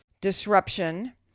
disruption